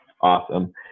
awesome